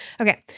Okay